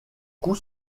coups